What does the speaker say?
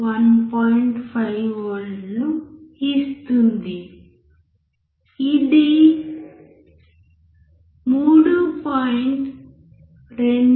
5V ను ఇస్తుంది ఇది 3